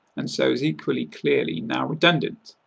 and so is equally clearly now redundant.